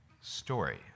story